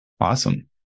Awesome